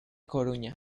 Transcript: coruña